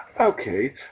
Okay